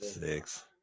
six